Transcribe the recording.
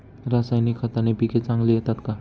रासायनिक खताने पिके चांगली येतात का?